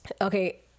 Okay